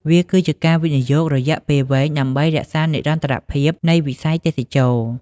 វាគឺជាការវិនិយោគរយៈពេលវែងដើម្បីរក្សានិរន្តរភាពនៃវិស័យទេសចរណ៍។